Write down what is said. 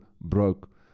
broke